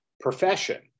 profession